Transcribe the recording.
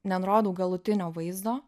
nenurodau galutinio vaizdo